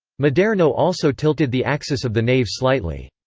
maderno also tilted the axis of the nave slightly.